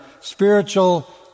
spiritual